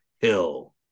Hill